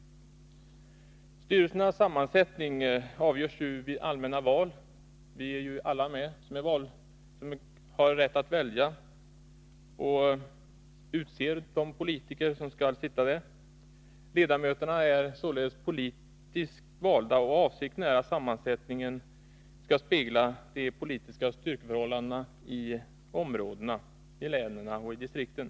Styrelsernas sammansättning avgörs ju i allmänna val. Alla som har rösträtt deltar alltså i detta val och är med om att utse de politiker som skall sitta med i styrelserna. Styrelseledamöterna är således politiskt valda. Avsikten är att sammansättningen skall spegla de politiska styrkeförhållandena i olika områden, i länen och distrikten.